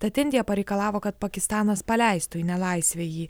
tad indija pareikalavo kad pakistanas paleistų į nelaisvę jį